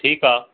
ठीकु आहे